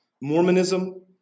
Mormonism